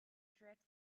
drifts